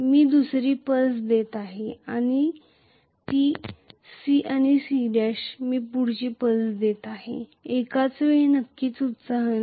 मी दुसरी पल्स देत आहे आणि C आणि C' मी पुढची पल्स देत आहे एकाच वेळी नक्कीच एक्सायटेड नाही